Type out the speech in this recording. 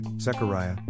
Zechariah